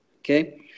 okay